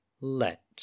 let